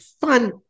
fun